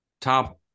top